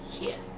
Yes